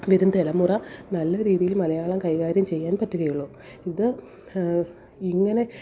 വരും തലമുറ നല്ല രീതിയിൽ മലയാളം കൈകാര്യം ചെയ്യാൻ പറ്റുകയുള്ളു ഇത് ഇങ്ങനെ